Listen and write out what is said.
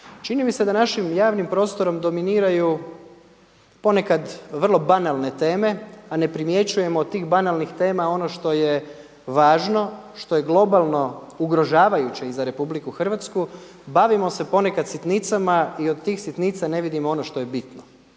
čini mi se da našim javnim prostorom dominiraju ponekad vrlo banalne teme, a ne primjećujemo od tih banalnih tema ono što je važno, što je globalno ugrožavajuće i za RH, bavimo se ponekad sitnicama i od tih sitnica ne vidimo ono što je bitno.